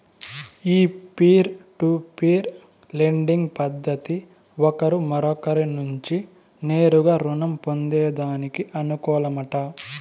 ఈ peer to peer lending పద్దతి ఒకరు మరొకరి నుంచి నేరుగా రుణం పొందేదానికి అనుకూలమట